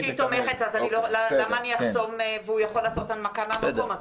שהיא תומכת אז למה שאחסום והוא יכול לעשות הנמקה מהמקום,